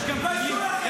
תתביישו לכם.